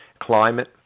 climate